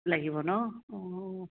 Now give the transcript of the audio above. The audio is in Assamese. লাগিব ন অঁ